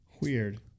Weird